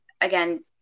again